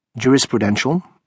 jurisprudential